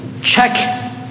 check